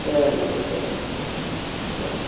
சரிங்க சார் சரிங்க சார் சரி